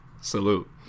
salute